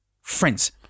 Friends